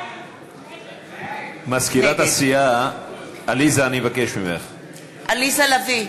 נגד עליזה לביא,